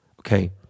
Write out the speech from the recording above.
Okay